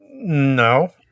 No